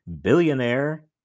billionaire